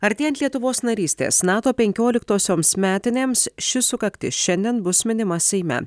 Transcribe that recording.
artėjant lietuvos narystės nato penkioliktosioms metinėms ši sukaktis šiandien bus minima seime